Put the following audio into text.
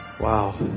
Wow